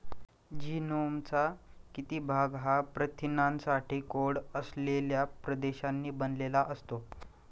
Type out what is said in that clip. जीनोमचा किती भाग हा प्रथिनांसाठी कोड असलेल्या प्रदेशांनी बनलेला असतो?